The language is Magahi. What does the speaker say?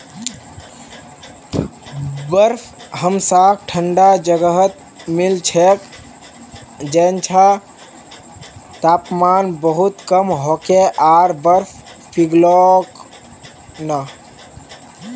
बर्फ हमसाक ठंडा जगहत मिल छेक जैछां तापमान बहुत कम होके आर बर्फ पिघलोक ना